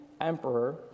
emperor